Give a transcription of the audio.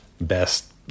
best